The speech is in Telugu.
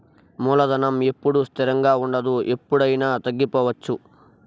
మూలధనం ఎప్పుడూ స్థిరంగా ఉండదు ఎప్పుడయినా తగ్గిపోవచ్చు